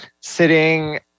sitting